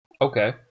Okay